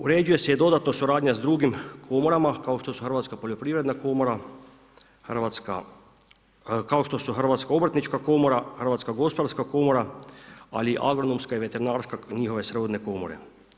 Uređuje se i dodatna suradnja s drugim komorama, kao što su Hrvatska poljoprivredna komora, kao što su Hrvatska obrtnička komora, Hrvatska gospodarska komora, ali agronomska i veterinarska kao njihove srodne komore.